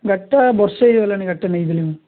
ଗାଡ଼ିଟା ବର୍ଷେ ହେଇଗଲାଣି ଗାଡ଼ିଟା ନେଇଥିଲି ମୁଁ